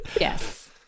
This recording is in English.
Yes